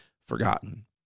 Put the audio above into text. forgotten